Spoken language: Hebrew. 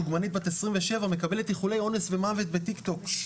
דוגמנית בת 27 מקבלת איחולי אונס ומוות בטיקטוק.